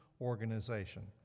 organization